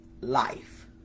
life